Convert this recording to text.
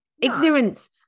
Ignorance